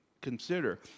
consider